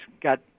got